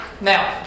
Now